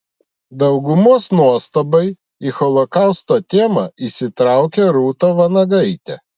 daugumos nuostabai į holokausto temą įsitraukė rūta vanagaitė